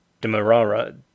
Demerara